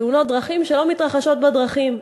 תאונות דרכים שלא מתרחשות בדרכים.